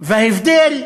וההבדל,